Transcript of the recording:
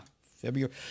February